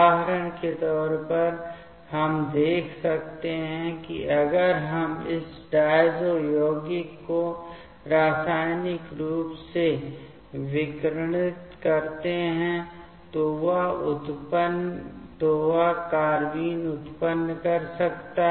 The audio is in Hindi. उदाहरण के तौर पर हम देख सकते हैं कि अगर हम इस डायज़ो यौगिकों को रासायनिक रूप से विकिरणित करते हैं तो वह कार्बेन उत्पन्न कर सकता है